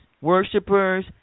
worshippers